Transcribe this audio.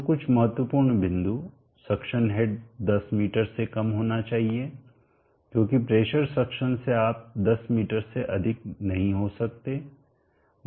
तो कुछ महत्वपूर्ण बिंदु सक्शन हेड 10 मीटर से कम होना चाहिए क्योंकि प्रेशर सक्शन से आप 10 मी से अधिक नहीं हो सकते